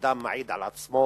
שאדם מעיד על עצמו